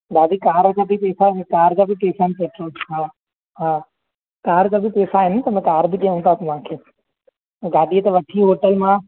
भाभी कार जा बि पेसा कार जा बि पेसा आहिनि पेट्रोल हा हा कार जा बि पेसा आहिनि न तंहिंमें कार बि ॾियूं था तव्हां खे गाॾीअ ते वठी होटल मां